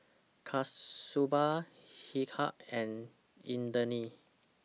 Kasturba Milkha and Indranee